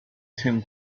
tim